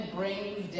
brings